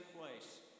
place